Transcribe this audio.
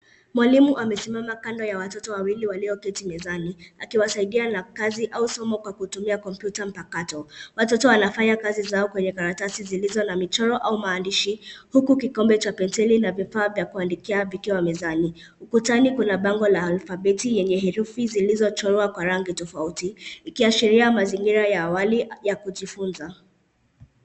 Mwalimu amesimama kando ya watoto wawili walioketi mezani, akiwasaidia na kazi au somo kwa kutumia kompyuta mpakato. Watoto wanafanya kazi zao kwenye karatasi zilizo na michoro au maandishi, huku kikombe cha penseli na vifaa vya kuandikia vikiwa mezani. Ukutani kuna bango la alfabeti yenye herufi zilizochorwa kwa rangi tofauti, ikiashiria mazingira ya awali ya kujifunza.